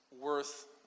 worth